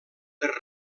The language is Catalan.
per